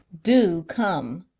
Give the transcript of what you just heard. do come